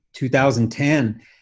2010